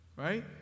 Right